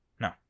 No